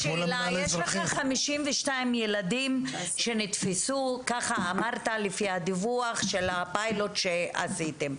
שאלה: יש לך 52 ילדים שנתפסו כך אמרת לפי הדיווח לגבי הפיילוט שעשיתם.